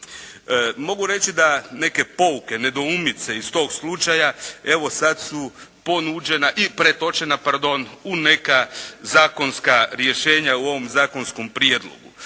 Mogu reći da neke pouke, nedoumice iz tog slučaja evo sad su ponuđena i pretočena pardon u neka zakonska rješenja u ovom zakonskom prijedlogu.